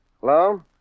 Hello